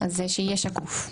אז שזה יהיה שקוף.